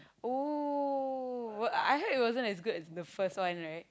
oh but I heard it wasn't as good as the first one right